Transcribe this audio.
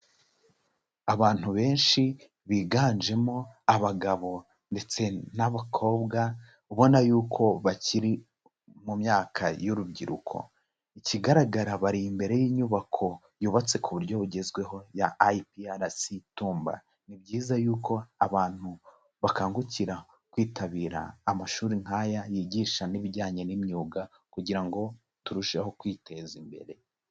Abantu benshi biganjemo abagabo ndetse n'abakobwa ubona yuko bakiri mu myaka y'urubyiruko. Ikigaragara bari imbere y'inyubako yubatse ku buryo bugezweho ya IPRC Tumba. Ni byiza yuko abantu bakangukira kwitabira amashuri nk'aya yigisha n'ibijyanye n'imyuga kugira ngo turusheho kwiteza imbere.